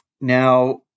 Now